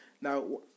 Now